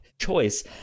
choice